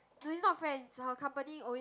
no is not friends her company always